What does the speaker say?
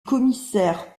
commissaire